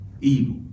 evil